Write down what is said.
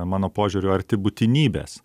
mano požiūriu arti būtinybės